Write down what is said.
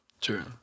True